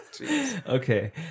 Okay